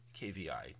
KVI